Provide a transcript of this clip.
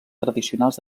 tradicionals